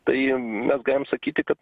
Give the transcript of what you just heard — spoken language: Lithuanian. tai mes galim sakyti kad